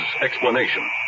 explanation